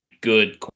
good